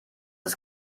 ist